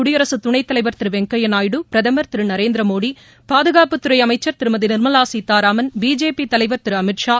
குடியரசுத் துணைத் தலைவர் திரு வெங்கையா நாயுடு பிரதமர் திரு நரேந்திர மோடி பாதுகாப்புத்துறை அமைச்சர் திருமதி நிர்மலா சீதாராமன் பிஜேபி தலைவர் திரு அமித்ஷா